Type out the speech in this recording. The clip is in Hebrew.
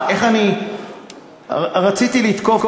רציתי לתקוף,